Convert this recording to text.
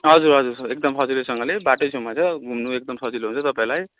हजुर हजुर एकदम सजिलैसँगले बाटै छेउमा छ घुम्नु एकदम सजिलो हुन्छ तपाईँलाई